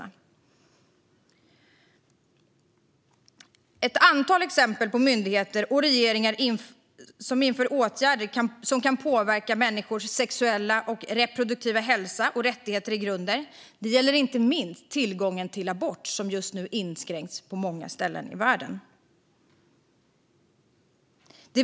Det finns ett antal exempel på myndigheter och regeringar som inför åtgärder som kan påverka människors sexuella och reproduktiva hälsa och rättigheter i grunden. Det gäller inte minst tillgången till abort, som just nu inskränks på många ställen i världen.